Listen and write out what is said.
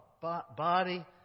body